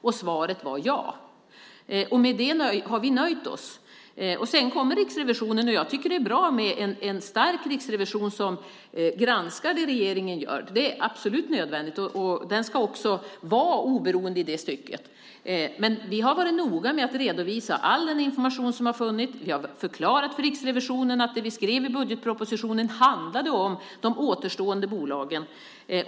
Svaret var ja. Med det har vi nöjt oss. Jag tycker att det är bra med en stark riksrevision som granskar det regeringen gör. Det är absolut nödvändigt. Den ska också vara oberoende i det stycket. Vi har varit noga med att redovisa all den information som har funnits. Vi har förklarat för Riksrevisionen att det vi skrev i budgetpropositionen handlade om de återstående bolagen.